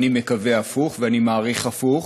אני מקווה הפוך ואני מעריך הפוך.